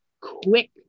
quick